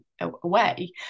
away